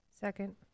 Second